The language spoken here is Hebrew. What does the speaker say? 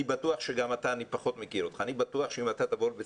אני פחות מכיר אותך אבל אני בטוח שאם אתה תבוא לבית